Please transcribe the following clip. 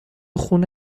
خونه